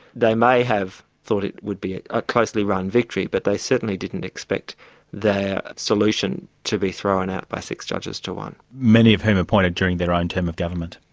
they may have thought it would be a closely-run victory, but they certainly didn't expect their solution to be thrown out by six judges to one. many of whom appointed during their own term of government.